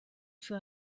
für